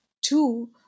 Two